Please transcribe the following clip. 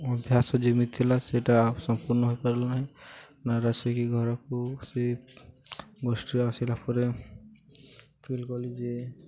ଅଭ୍ୟାସ ଯେମିତି ଥିଲା ସେଇଟା ସମ୍ପୂର୍ଣ୍ଣ ହୋଇପାରିଲା ନାହିଁ ନା ଆସିକି ଘରକୁ ସେ ଗୋଷ୍ଠୀରେ ଆସିଲା ପରେ ଫିଲ୍ କଲି ଯେ